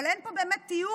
אבל אין פה באמת תיאום.